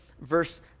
verse